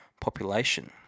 population